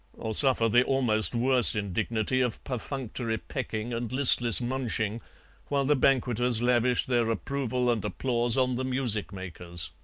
or suffer the almost worse indignity of perfunctory pecking and listless munching while the banqueters lavished their approval and applause on the music-makers.